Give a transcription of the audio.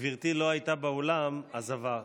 גברתי לא הייתה באולם, אז עברתי.